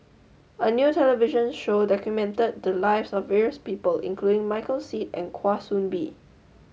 a new television show documented the lives of various people including Michael Seet and Kwa Soon Bee